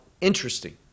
interesting